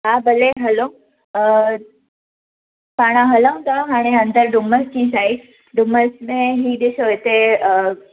हा भले हलो पाणि हलूं था हाणे अंदरि डुमस जी साइड डुमस में ही ॾिसो हिते